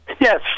Yes